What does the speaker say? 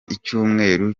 icyumweru